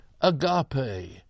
agape